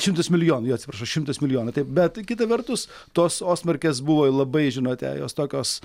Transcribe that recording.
šimtas milijonų jo atsiprašau šimtas milijonų taip bet kita vertus tos ostmarkės buvo i labai žinote jos tokios